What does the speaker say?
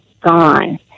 gone